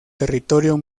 territorio